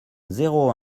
zéro